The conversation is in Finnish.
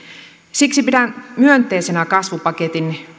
siksi pidän myönteisenä kasvupaketin